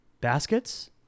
Baskets